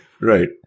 Right